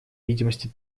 видимости